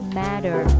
matter